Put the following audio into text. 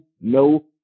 no